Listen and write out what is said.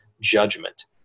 judgment